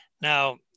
Now